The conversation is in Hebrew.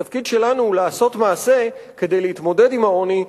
התפקיד שלנו הוא לעשות מעשה כדי להתמודד עם העוני.